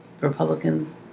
Republican